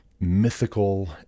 mythical